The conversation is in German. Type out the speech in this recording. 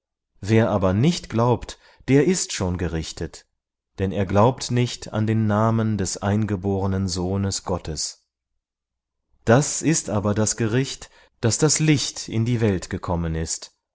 wer aber nicht glaubt der ist schon gerichtet denn er glaubt nicht an den namen des eingeborenen sohnes gottes das ist aber das gericht daß das licht in die welt gekommen ist